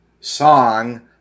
song